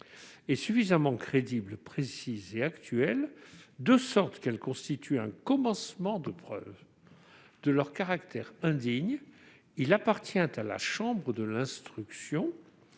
est suffisamment crédible, précise et actuelle, de sorte qu'elle constitue un commencement de preuve de leur caractère indigne, il appartient à la chambre de l'instruction,